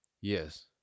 Yes